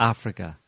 Africa